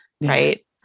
right